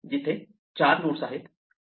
तिथे 4 नोड्स आहेत